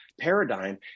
paradigm